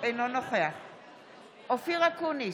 אינו נוכח אופיר אקוניס,